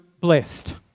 blessed